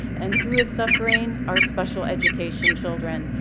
and who is suffering? our special education children.